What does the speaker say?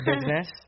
business